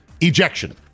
ejection